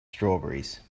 strawberries